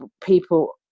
people